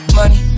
money